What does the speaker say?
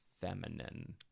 feminine